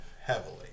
heavily